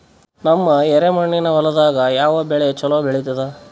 ನಮ್ಮ ಎರೆಮಣ್ಣಿನ ಹೊಲದಾಗ ಯಾವ ಬೆಳಿ ಚಲೋ ಬೆಳಿತದ?